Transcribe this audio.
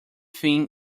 thing